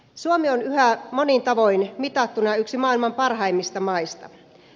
suomi on yhä monin tavoin mitattuna yksi maailman parhaimmista maista